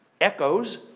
echoes